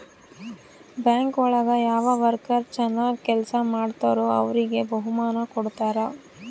bank ಒಳಗ ಯಾವ worker ಚನಾಗ್ ಕೆಲ್ಸ ಮಾಡ್ತಾರೋ ಅವ್ರಿಗೆ ಬಹುಮಾನ ಕೊಡ್ತಾರ